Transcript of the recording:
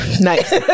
Nice